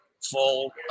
full